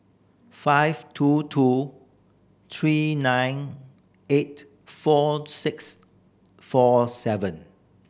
five two two three nine eight four six four seven